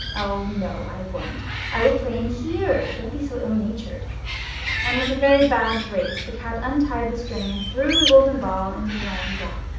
oh, no, i won't i will play in here. don't be so ill-natured and with a very bad grace the cat untied the string and threw the golden ball into the lion's lap,